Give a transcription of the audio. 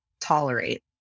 tolerate